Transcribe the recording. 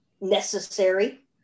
necessary